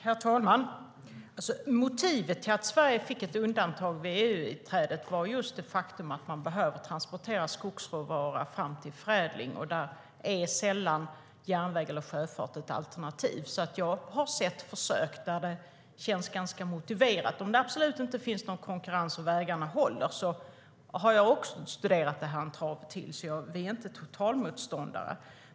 Herr talman! Motivet till att Sverige fick ett undantag vid EU-inträdet var just det faktum att man behöver transportera skogsråvara fram till förädling och att järnväg eller sjöfart sällan är ett alternativ där. Jag har sett försök där det känns ganska motiverat, om det absolut inte finns någon konkurrens och vägarna håller. Jag har också studerat detta, så vi är inte totalmotståndare.